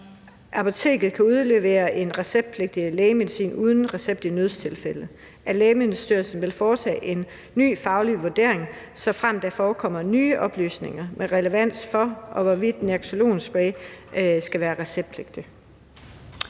apoteket kan udlevere et receptpligtigt lægemiddel uden recept i nødstilfælde, – at Lægemiddelstyrelsen vil foretage en ny faglig vurdering, såfremt der fremkommer nye oplysninger med relevans for, hvorvidt naloxonnæsespray skal være receptpligtigt.«